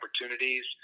opportunities